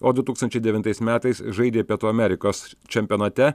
o du tūkstančiai devintais metais žaidė pietų amerikos čempionate